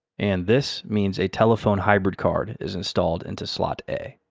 and this means a telephone hybrid card is installed into slot a.